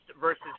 versus